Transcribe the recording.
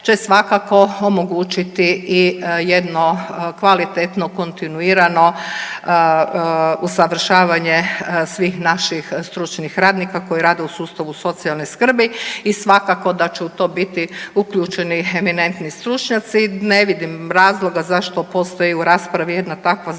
će svakako omogućiti i jedno kvalitetno, kontinuirano usavršavanje svih naših stručnih radnika koji rade u sustavu socijalne skrbi i svakako da će u to biti uključeni eminentni stručnjaci. Ne vidim razloga zašto postoji u raspravi jedna takva zloba